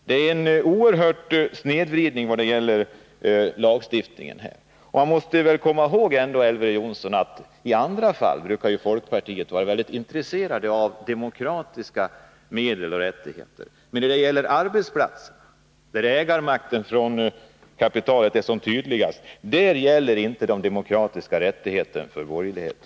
Det är en oerhörd snedvridning när det gäller lagstiftningen på detta område. Vi måste väl ändå komma i håg, Elver Jonsson, att folkpartiet i andra fall brukar vara mycket intresserat av demokratiska medel och rättigheter. Men när det gäller arbetsplatserna, där kapitalets ägarmakt är som tydligast, gäller inte de demokratiska rättigheterna för borgerligheten.